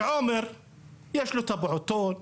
בעומר יש לו הפעוטון,